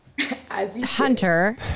Hunter